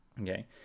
Okay